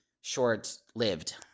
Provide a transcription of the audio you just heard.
short-lived